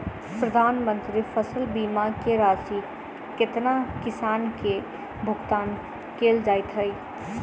प्रधानमंत्री फसल बीमा की राशि केतना किसान केँ भुगतान केल जाइत है?